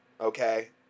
Okay